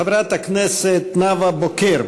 חברת הכנסת נאוה בוקר,